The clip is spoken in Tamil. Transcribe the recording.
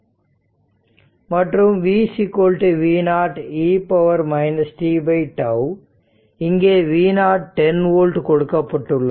மற்றும் v v0 e tτ இங்கே v0 10 ஓல்ட் கொடுக்கப்பட்டுள்ளது